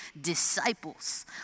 disciples